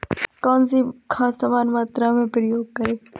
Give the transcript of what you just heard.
कौन सी खाद समान मात्रा में प्रयोग करें?